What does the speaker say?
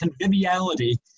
conviviality